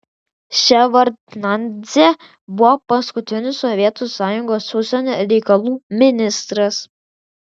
ševardnadzė buvo paskutinis sovietų sąjungos užsienio reikalų ministras